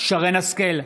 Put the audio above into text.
שרן מרים השכל,